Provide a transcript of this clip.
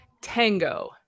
Tango